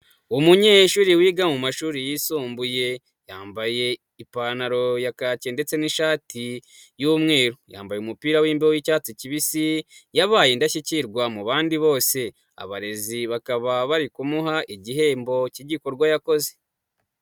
Umunyeshuri wiga mumashuri yisumbuye yambaye ipantaro ya kake ndetse n'ishati y'umweru, yambaye umupira w'imbeho w'icyatsi kibisi yabaye indashyikirwa mu bandi bose, abarezi bakaba bari kumuha igihembo cy'igikorwa yakoze.